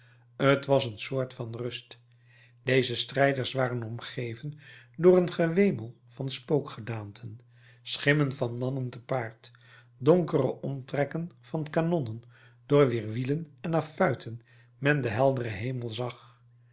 t was een soort van rust deze strijders waren omgeven door een gewemel van spookgedaanten schimmen van mannen te paard donkere omtrekken van kanonnen door wier wielen en affuiten men den helderen hemel zag